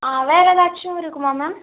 ஆ வேறு எதாச்சும் இருக்குமா மேம்